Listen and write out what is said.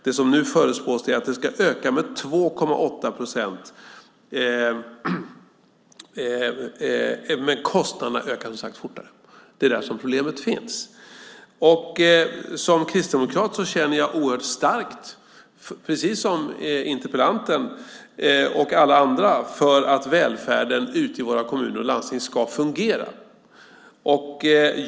Det som nu förutspås är att det ska öka med 2,8 procent, men kostnaderna ökar som sagt fortare. Det är där problemet finns. Som kristdemokrat känner jag oerhört starkt, precis som interpellanten och alla andra, för att välfärden ute i våra kommuner och landsting ska fungera.